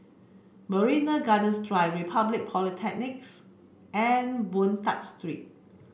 Marina Gardens Drive Republic Polytechnics and Boon Tat Street